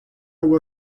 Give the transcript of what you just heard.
algo